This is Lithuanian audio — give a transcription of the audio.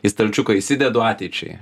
į stalčiuką įsidedu ateičiai